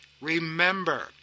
Remember